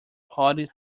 party